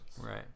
Right